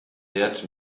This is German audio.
wert